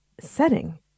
setting